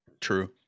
True